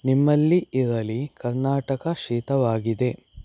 ನಿಮ್ಮಲ್ಲಿ ಇರಲಿ ಕರ್ನಾಟಕ ಶೀತವಾಗಿದೆ